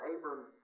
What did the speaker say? Abram